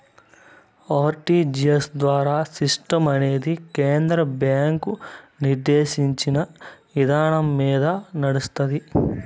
RTGS ద్వారా సిస్టమనేది కేంద్ర బ్యాంకు నిర్దేశించిన ఇదానాలమింద నడస్తాంది